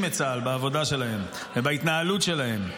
את צה"ל בעבודה שלהם ובהתנהלות שלהם,